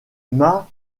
mas